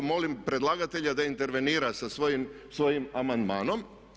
Molim predlagatelja da intervenira sa svojim amandmanom.